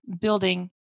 building